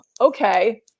okay